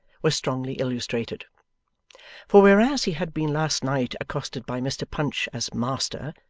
were strongly illustrated for whereas he had been last night accosted by mr punch as master,